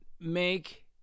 make